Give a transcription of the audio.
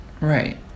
Right